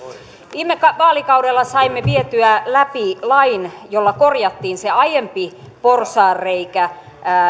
viime vaalikaudella saimme vietyä läpi lain jolla korjattiin se aiempi porsaanreikä